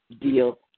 deal